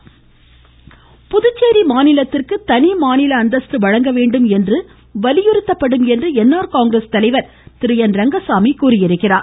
ரங்கசாமி புதுச்சேரி மாநிலத்திற்கு தனி மாநில அந்தஸ்து வழங்கவேண்டும் என்று வலியுறுத்தப்படும் என்று என்ஆர் காங்கிரஸ் தலைவர் திரு என் ரங்கசாமி தெரிவித்திருக்கிறார்